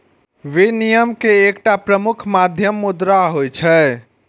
विनिमय के एकटा प्रमुख माध्यम मुद्रा होइ छै